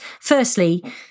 Firstly